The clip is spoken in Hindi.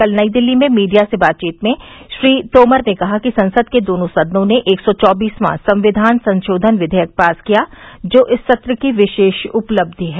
कल नई दिल्ली में मीडिया से बातचीत में श्री तोमर ने कहा कि संसद के दोनों सदनों ने एक सौ चौबीसवां संविधान संशोधन विधेयक पास किया जो इस सत्र की विशेष उपलब्धि है